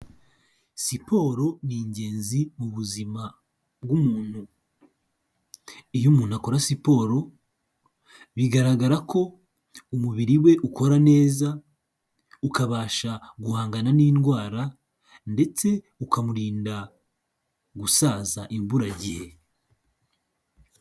Siporo n'ingenzi mu buzima bw'umuntu, iyo umuntu akora siporo bigaragara ko umubiri we ukora neza ukabasha guhangana n'indwara ndetse ukamurinda gusaza imburagihe.